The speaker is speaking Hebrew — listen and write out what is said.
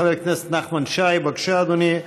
חבר כנסת נחמן שי, בבקשה, אדוני.